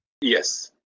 Yes